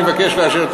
אתה חוקקת חוק,